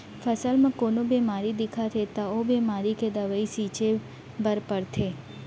फसल म कोनो बेमारी दिखत हे त ओ बेमारी के दवई छिंचे बर परथे